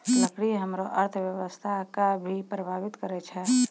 लकड़ी हमरो अर्थव्यवस्था कें भी प्रभावित करै छै